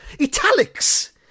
Italics